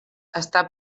està